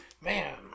Man